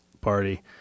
party